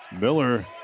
Miller